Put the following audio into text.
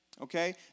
Okay